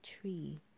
tree